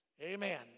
Amen